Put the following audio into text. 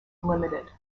limited